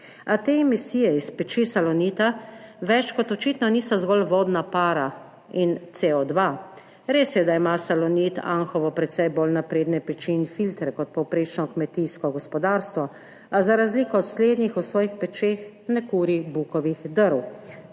a te emisije iz peči Salonita več kot očitno niso zgolj vodna para in CO2. Res je, da ima Salonit Anhovo precej bolj napredne peči in filtre kot povprečno kmetijsko gospodarstvo, a za razliko od slednjih v svojih pečeh ne kuri bukovih drv